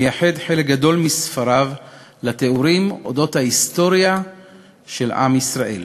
מייחד חלק גדול מספריו לתיאורי ההיסטוריה של עם ישראל,